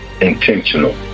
intentional